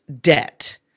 debt